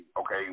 okay